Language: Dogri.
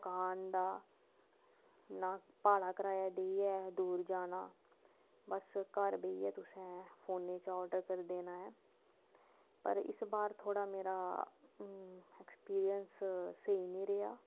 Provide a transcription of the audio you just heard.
दकान दा ना भाड़ा करियै देइयै दूर जाना बस घार बेहियै तुसें फोने च आर्डर करी देना ऐ पर इस बार थोह्ड़ा मेरा एक्सपिरिंयस स्हेई नेई रेहा